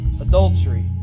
adultery